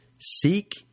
Seek